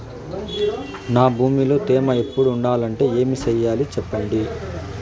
నా భూమిలో తేమ ఎప్పుడు ఉండాలంటే ఏమి సెయ్యాలి చెప్పండి?